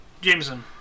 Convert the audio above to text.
Jameson